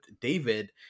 David